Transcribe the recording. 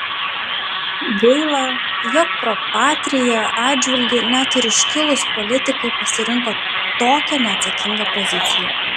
gaila jog pro patria atžvilgiu net ir iškilūs politikai pasirinko tokią neatsakingą poziciją